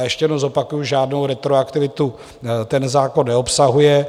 Ještě jednou zopakuji, žádnou retroaktivitu ten zákon neobsahuje.